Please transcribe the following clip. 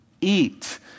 Eat